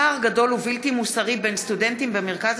פער גדול ובלתי מוסרי בין סטודנטים במרכז